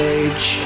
age